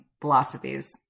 philosophies